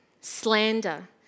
slander